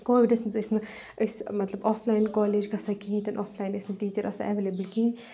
کووِڈس منز ٲسۍ نہٕ أسۍ مطلب آفلایِن کالیج گژھان کہیٖنۍ تہِ آفلایِن ٲسۍ نہٕ ٹیٖچَر آسان ایویلیبٕل آسان کہیٖنۍ